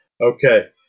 Okay